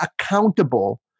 accountable